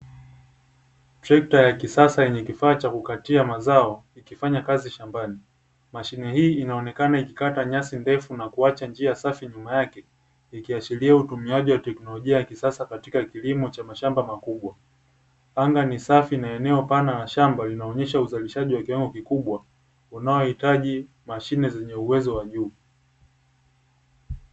Trekta ya kisasa yenye kifaa cha kukatia mazao, ikifanya kazi shambani. Mashine hii inaonekana ikikata nyasi ndefu, na kuacha njia ndefu nyuma yake, ikiashiria utumiaji wa teknolojia ya kisasa katika kilimo cha mashamba makubwa. Anga ni safi na eneo pana la shamba linayonyesha uzalishaji wa kiwango kikubwa, unaohitaji mashine zenye uwezo wa juu.